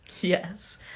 Yes